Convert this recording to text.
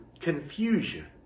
confusion